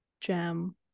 gem